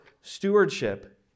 stewardship